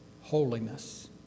holiness